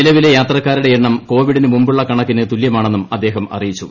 നിലവിലെ യാത്രക്കാരുടെ എണ്ണം കോവിഡിന് മുമ്പുള്ള കണക്കിന് തുല്യമാണെന്നും അദ്ദേഹം അറിയിച്ചു